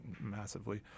massively